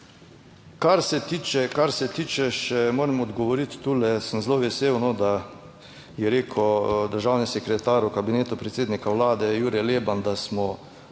kar se tiče še, moram odgovoriti, tule sem zelo vesel, da je rekel državni sekretar v Kabinetu predsednika Vlade Jure Leben, da smo